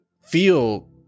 feel